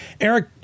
Eric